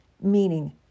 meaning